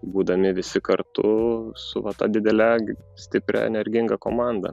būdami visi kartu su vat ta didele stipria energinga komanda